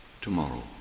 tomorrow